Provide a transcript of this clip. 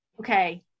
okay